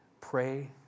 pray